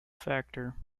factor